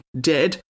Dead